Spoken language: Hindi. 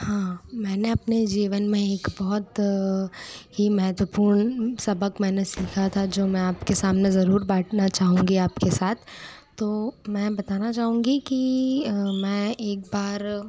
हाँ मैंने अपने जीवन में एक बहुत ही महेत्वपूर्ण सबक़ मैंने सीखा था जो मैं आप के सामने ज़रूर बांटना चाहूँगी आप के साथ तो मैं बताना चाहूँगी कि मैं एक बार